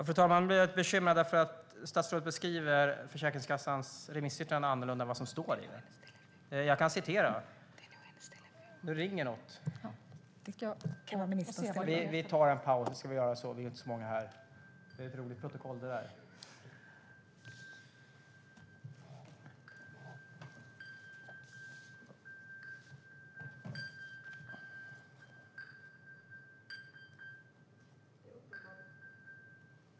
Fru talman! Nu blir jag lite bekymrad, för statsrådet beskriver Försäkringskassans remissyttrande annorlunda än vad som står i det. Nu ringer något. Vi tar en paus. Ska vi göra så? Vi är ju inte så många här. Det blir ett roligt protokoll, det här.